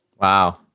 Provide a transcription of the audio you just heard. Wow